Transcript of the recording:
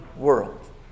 world